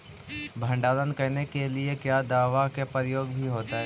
भंडारन करने के लिय क्या दाबा के प्रयोग भी होयतय?